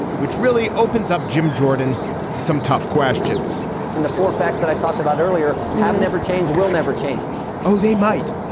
which really opens up jim jordan to some tough questions and the four facts that i talked about earlier have never changed, will never change oh, they might.